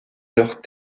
leurs